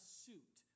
suit